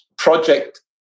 Project